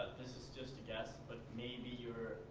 this is just a guess but maybe you're